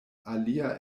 alia